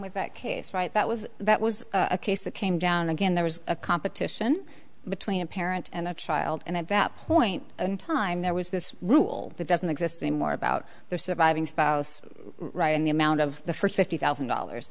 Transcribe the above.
with that case right that was that was a case that came down again there was a competition between a parent and a child and at that point in time there was this rule that doesn't exist anymore about their surviving spouse right and the amount of the first fifty thousand dollars